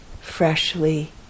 freshly